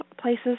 places